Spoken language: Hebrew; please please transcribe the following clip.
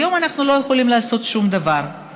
היום אנחנו לא יכולים לעשות שום דבר,